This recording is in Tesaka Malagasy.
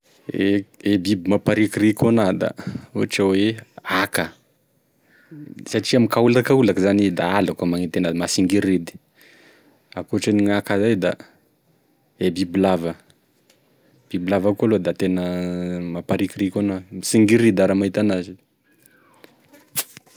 E e biby mampaharikoriko ena zao da ohatra hoe aka, satria mikaolakaolaky zany izy da halako e magnety enazy mahasingiridy, akoatragn'e aka zay da biby lava, biby lava koa aloha da mampaharikoriko ena, tsingiridy aho raha mahita anazy.